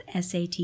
SAT